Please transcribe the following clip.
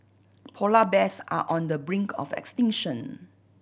polar bears are on the brink of extinction